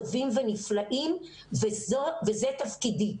טובים ונפלאים וזה תפקידי,